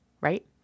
right